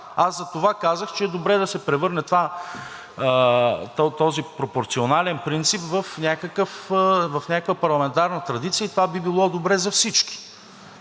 Аз затова казах, че е добре да се превърне този пропорционален принцип в някаква парламентарна традиция и това би било добре за всички.